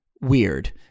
weird